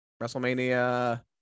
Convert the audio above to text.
WrestleMania